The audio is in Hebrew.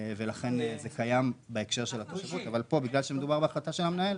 לכן זה קיים בהקשר של התושבות אבל כאן בגלל שמדובר בהחלטה של המנהל,